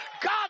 God